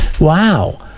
wow